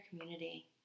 community